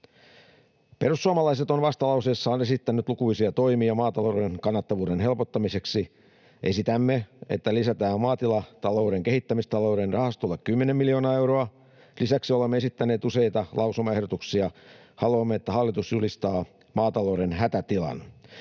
Perussuomalaiset ovat vastalauseessaan esittäneet lukuisia toimia maatalouden kannattavuuden helpottamiseksi. Esitämme, että lisätään Maatilatalouden Kehittämisrahastolle kymmenen miljoonaa euroa. Lisäksi olemme esittäneet useita lausumaehdotuksia: Haluamme, että hallitus julistaa maatalouden hätätilan.